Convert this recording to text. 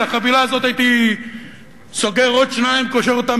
על החבילה הזאת הייתי סוגר עוד שניים וקושר אותם